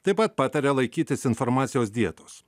taip pat pataria laikytis informacijos dietos